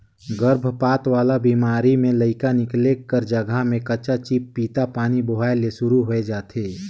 गरभपात वाला बेमारी में लइका निकले कर जघा में कंचा चिपपिता पानी बोहाए ले सुरु होय जाथे